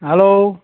hello